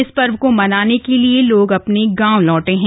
इस पर्व को मनाने के लिए लोग अपने गांव लौटे हैं